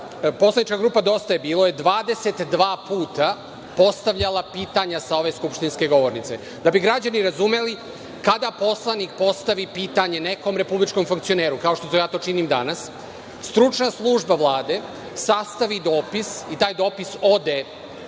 poslanička grupa Dosta je bilo 22 puta je postavljala pitanja sa ove skupštinske govornice. Da bi građani razumeli, kada poslanik postavi pitanje nekom republičkom funkcioneru, kao što ja to činim danas, stručna služba Vlade sastavi dopis i taj dopis ode